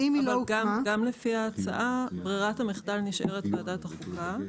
גם לפי ההצעה ברירת המחדל נשארת ועדת החוקה,